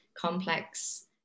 complex